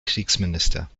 kriegsminister